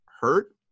hurt